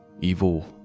evil